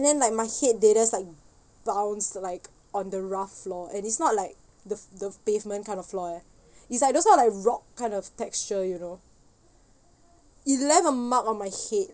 then like my head did this like bounced like on the rough floor and it's not like the the pavement kind of floor eh is like those one like rock kind of texture you know it left a mark on my head